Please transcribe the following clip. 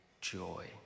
joy